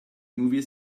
movie